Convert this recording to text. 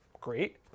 Great